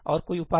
और कोई और उपाय